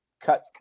cut –